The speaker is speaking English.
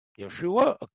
Yeshua